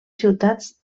ciutats